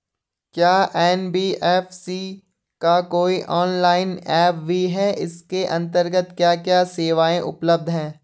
क्या एन.बी.एफ.सी का कोई ऑनलाइन ऐप भी है इसके अन्तर्गत क्या क्या सेवाएँ उपलब्ध हैं?